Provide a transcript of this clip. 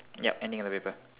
ya anything on the paper